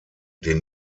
den